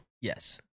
Yes